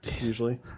usually